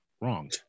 wrong